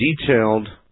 detailed